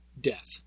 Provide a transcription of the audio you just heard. death